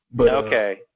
Okay